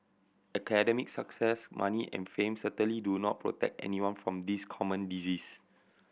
academic success money and fame certainly do not protect anyone from this common disease